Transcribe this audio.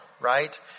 Right